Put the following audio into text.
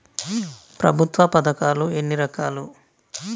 ప్రభుత్వ పథకాలు ఎన్ని రకాలు?